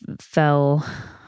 fell